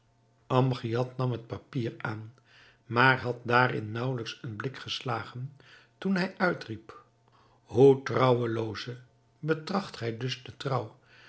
amgiad nam het papier aan maar had daarin naauwelijks een blik geslagen toen hij uitriep hoe trouwelooze betracht gij dus de trouw